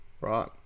Right